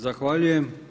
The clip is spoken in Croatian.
Zahvaljujem.